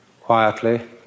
quietly